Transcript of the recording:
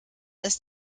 ist